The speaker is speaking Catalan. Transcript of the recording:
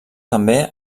també